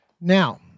Now